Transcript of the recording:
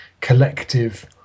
collective